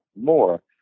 more